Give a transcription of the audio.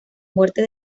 muerte